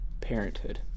parenthood